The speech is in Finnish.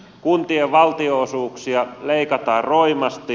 kuntien valtionosuuksia leikataan roimasti